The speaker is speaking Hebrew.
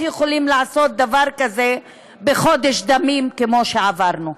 יכולים לעשות דבר כזה בחודש דמים כמו שעברנו.